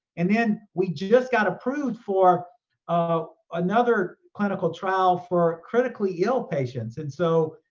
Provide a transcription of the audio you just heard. and then we just got approved for um another clinical trial for critically ill patients. and so,